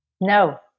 No